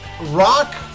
Rock